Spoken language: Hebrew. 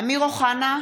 אמיר אוחנה,